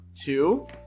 Two